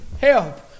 help